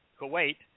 Kuwait